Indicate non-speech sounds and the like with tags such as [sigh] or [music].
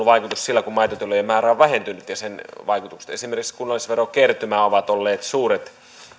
[unintelligible] vaikutus sillä kun maitotilojen määrä on vähentynyt ja sen vaikutukset esimerkiksi kunnallisverokertymään ovat olleet suuret